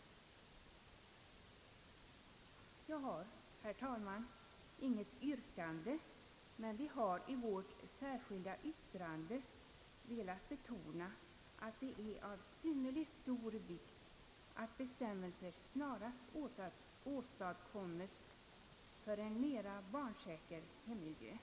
Jag har, herr talman, inte något yrkande. Men i vårt särskilda yttrande i utlåtandet har vi velat betona att det är av synnerligen stor vikt att bestämmelser snarast åstadkommes för en mera barnsäker hemmiljö.